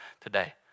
today